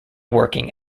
working